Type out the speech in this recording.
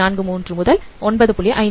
43 முதல் 9